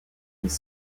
ils